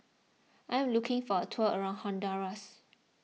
I am looking for a tour around Honduras